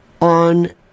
on